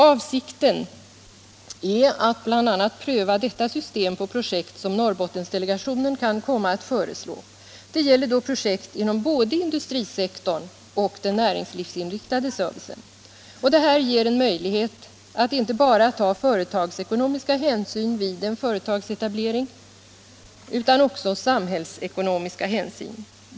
Avsikten är att bl.a. pröva detta system på projekt som Norrbottensdelegationen kan komma att föreslå. Det gäller projekt inom både industrisektorn och den näringslivsinriktade servicen. Detta ger en möjlighet att ta inte bara företagsekonomiska hänsyn vid en företagsetablering utan också samhällsekonomiska.